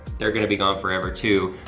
they're gonna be gone forever too,